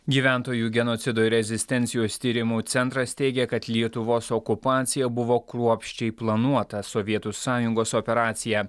gyventojų genocido ir rezistencijos tyrimų centras teigia kad lietuvos okupacija buvo kruopščiai planuota sovietų sąjungos operacija